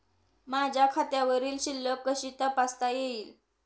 माझ्या खात्यावरील शिल्लक कशी तपासता येईल?